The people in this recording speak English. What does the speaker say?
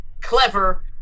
clever